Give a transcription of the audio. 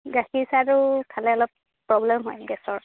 গাখীৰচাহটো খালে অলপ প্ৰব্লেম হয় গেছৰ